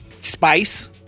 Spice